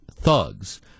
thugs